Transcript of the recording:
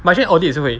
but actually audit 也是会